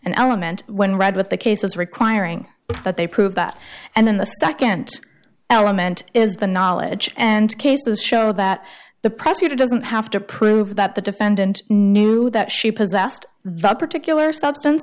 an element when read with the cases requiring that they prove that and then the nd element is the knowledge and cases show that the prosecutor doesn't have to prove that the defendant knew that she possessed that particular substance